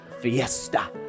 fiesta